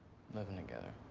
living together.